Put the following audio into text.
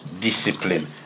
Discipline